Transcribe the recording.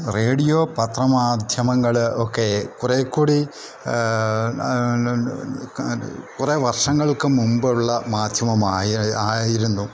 radio പത്രമാധ്യമങ്ങൾ ഒക്കെ കുറേക്കൂടി കുറേ വർഷങ്ങൾക്ക് മുമ്പുള്ള മാധ്യമമായി ആയിരുന്നു